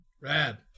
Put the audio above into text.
Rad